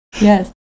Yes